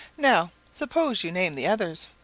now suppose you name the others.